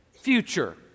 future